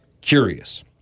curious